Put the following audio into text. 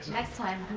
next time.